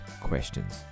questions